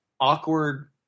awkward